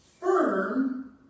Firm